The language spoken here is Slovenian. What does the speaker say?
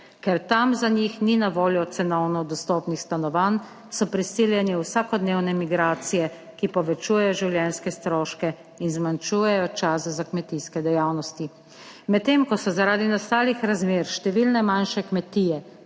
Ker tam za njih ni na voljo cenovno dostopnih stanovanj so prisiljeni v vsakodnevne migracije, ki povečujejo življenjske stroške in zmanjšujejo čas za kmetijske dejavnosti. Medtem ko so zaradi nastalih razmer številne manjše kmetije